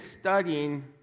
studying